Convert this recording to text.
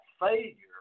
failure